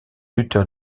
lutteur